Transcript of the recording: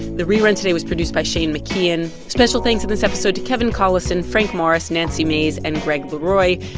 the rerun today was produced by shane mckeon. special thanks in this episode to kevin collison, frank morris, nancy mays and greg leroy.